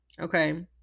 Okay